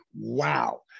wow